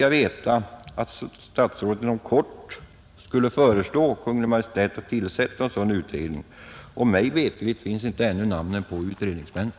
Jag fick då veta att statsrådet inom kort skulle föreslå Kungl. Maj:t att tillsätta den begärda utredningen. Mig veterligt saknas ännu namnen på utredningsmännen!